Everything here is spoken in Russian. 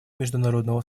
международного